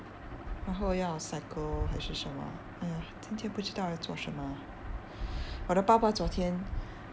然后要 cycle 还是什么 !aiya! 今天不知道要做什么我的爸爸昨天